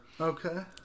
Okay